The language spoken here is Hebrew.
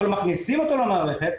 אבל מכניסים אותו אלי למערכת,